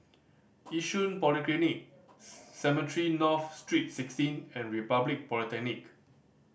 Yishun Polyclinic Cemetry North Street Sixteen and Republic Polytechnic